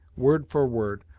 word for word,